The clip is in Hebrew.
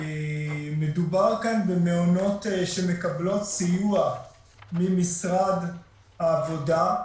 מדובר כאן במעונות שמקבלות סיוע ממשרד העבודה,